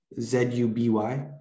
zuby